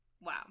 Wow